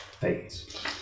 fades